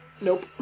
Nope